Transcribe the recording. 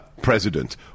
president